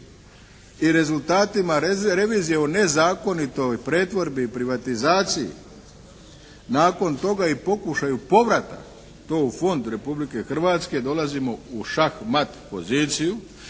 i rezultatima revizije o nezakonitoj pretvorbi i privatizaciji nakon toga i pokušaju povrata to u fond Republike Hrvatske dolazimo u šah-mat poziciju,